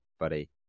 Buddy